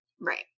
right